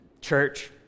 Church